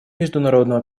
международного